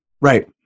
Right